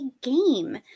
game